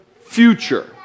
future